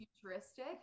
futuristic